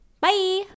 Bye